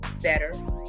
better